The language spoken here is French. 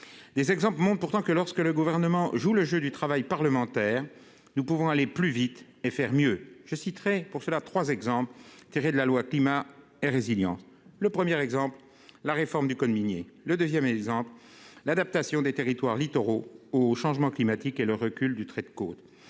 des exemples pourtant que lorsque le gouvernement joue le jeu du travail parlementaire, nous pouvons aller plus vite et faire mieux, je citerai pour cela 3 exemples tirés de la loi climat est résiliant le premier exemple : la réforme du code minier, le 2ème exemple : l'adaptation des territoires littoraux aux changements climatiques et le recul du trait de côte